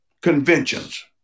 conventions